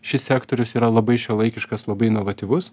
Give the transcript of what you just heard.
šis sektorius yra labai šiuolaikiškas labai inovatyvus